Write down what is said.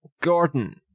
Gordon